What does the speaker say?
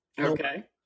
Okay